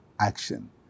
action